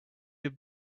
your